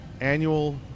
Annual